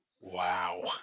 Wow